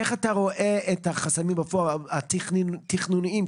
איך אתה רואה את החסמים התכנוניים בפועל?